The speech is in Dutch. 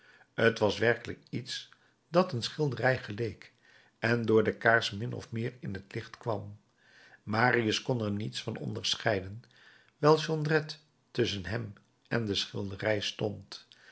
t was werkelijk iets dat een schilderij geleek en door de kaars min of meer in het licht kwam marius kon er niets van onderscheiden wijl jondrette tusschen hem en de schilderij stond